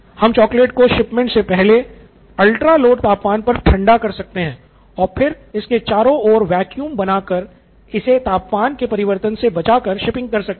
हम चॉकलेट को शिपमेंट से पहले अल्ट्रा लो तापमान पर ठंडा कर सकते है और फिर इसके चारों ओर वैक्यूम बना कर इसे तापमान के परिवर्तन से बचा कर शिपिंग कर सकते हैं